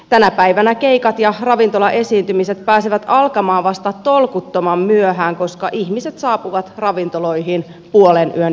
tänä päivänä keikat ja ravintolaesiintymiset pääsevät alkamaan vasta tolkuttoman myöhään koska ihmiset saapuvat ravintoloihin puolenyön jälkeen